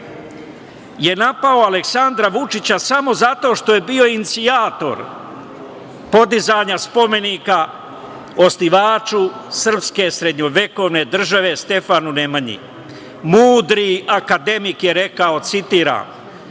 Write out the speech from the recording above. je napao Aleksandra Vučića samo zato što je bio inicijator podizanja spomenika osnivaču srpske srednjovekovne države Stefanu Nemanji. Mudri akademik je rekao, citiram